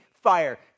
fire